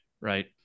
right